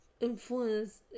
influence